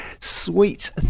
Sweet